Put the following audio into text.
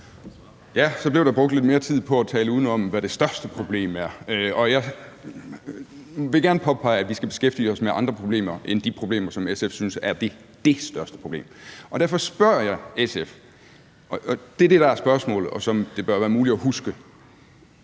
Ja, så blev der brugt lidt mere tid på at tale uden om, hvad det største problem er. Jeg vil gerne påpege, at vi skal beskæftige os med andre problemer end de problemer, som SF synes er det største problem. Og derfor spørger jeg SF – og det er det, der er spørgsmålet, og som det bør være muligt at huske: